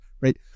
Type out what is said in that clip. right